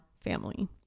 family